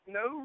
no